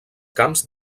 camps